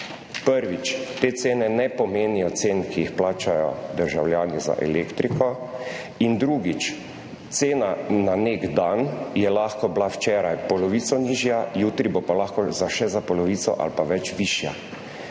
Prvič, te cene ne pomenijo cen, ki jih plačajo državljani za elektriko, in drugič, cena na nek dan je lahko bila včeraj polovico nižja, jutri bo pa lahko še za polovico ali pa več višja.